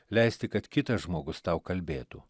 leisti kad kitas žmogus tau kalbėtų